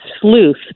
sleuth